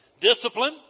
discipline